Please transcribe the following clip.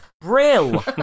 brill